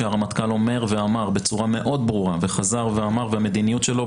שהרמטכ"ל אומר ואמר בצורה מאוד ברורה וחזר ואמר שהמדיניות שלו,